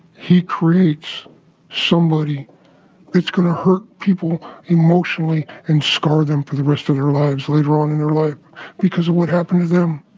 he creates somebody that's going to hurt people emotionally and scar them for the rest of their lives later on in their life because of what happened to them.